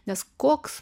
nes koks